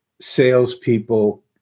salespeople